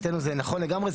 זה נכון לגמרי.